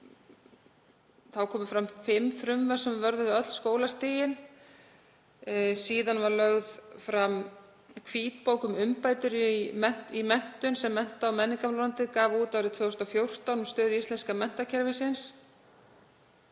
Þá komu fram fimm frumvörp sem vörðuðu öll skólastigin. Síðan var lögð fram hvítbók um umbætur í menntun sem mennta- og menningarmálaráðuneytið gaf út árið 2014 um stöðu íslenska menntakerfisins.